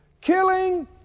Killing